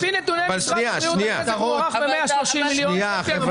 לפי נתוני משרד הבריאות המס הזה הוערך ב-130 מיליון שקל,